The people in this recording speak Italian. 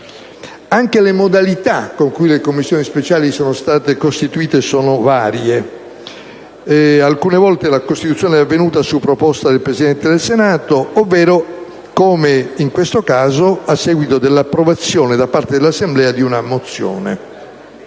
Anche le modalità con cui le Commissioni speciali sono state costituite sono varie. Alcune volte la costituzione è avvenuta su proposta del Presidente del Senato ovvero - come potrebbe avvenire in questo caso - a seguito dell'approvazione, da parte dell'Assemblea, di una mozione.